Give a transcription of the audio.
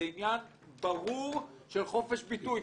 זה עניין ברור של חופש ביטוי.